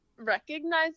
recognize